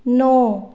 ਨੌਂ